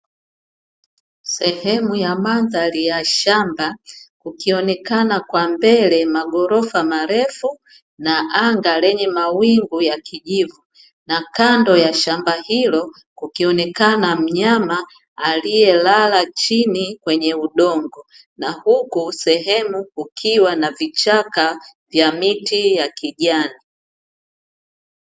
Sehemu ya mandhari ya shamba, kukionekana kwa mbele maghorofa marefu na anga lenye mawingu ya kijivu, na kando ya shamba hilo kukionekana mnyama aliyelala chini kwenye udongo na huku sehemu kukiwa na vichaka vya miti ya kijani.